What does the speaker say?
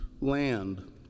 land